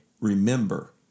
remember